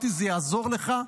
שאלתי: זה יעזור לך?